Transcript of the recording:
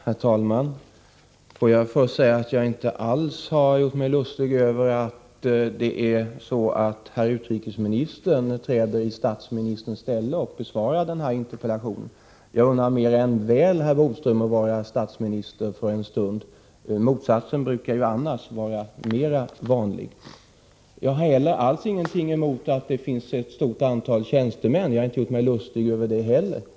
Herr talman! Får jag först säga att jag inte alls har gjort mig lustig över att herr utrikesministern träder i statsministerns ställe och besvarar den här interpellationen. Jag unnar mer än väl herr Bodström att vara statsminister för en stund — motsatsen brukar ju annars vara mer vanlig. Jag har inte heller någonting emot att det finns ett stort antal tjänstemän här — jag har inte gjort mig lustig över det heller.